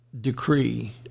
decree